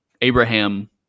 Abraham